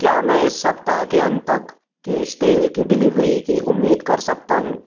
क्या मैं इस सप्ताह के अंत तक केश तेल की डिलीवरी की उम्मीद कर सकता हूँ